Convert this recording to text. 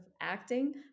acting